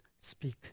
speak